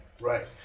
right